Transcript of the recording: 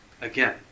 Again